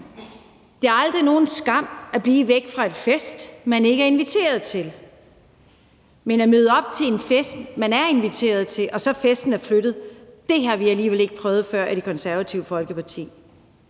Det er aldrig nogen skam at blive væk fra en fest, man ikke er inviteret til, men at møde op til en fest, man er inviteret til, og hvor festen så er flyttet, har vi alligevel ikke prøvet før i Det Konservative Folkeparti.